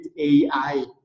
AI